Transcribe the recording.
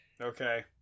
Okay